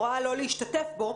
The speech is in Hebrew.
אתה לא צריך להיות כל כך עצבני.